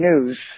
news